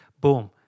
Boom